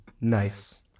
Nice